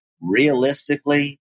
realistically